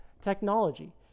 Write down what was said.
technology